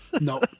No